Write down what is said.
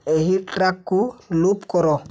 ଏହି ଟ୍ରାକ୍କୁ ଲୁପ୍ କର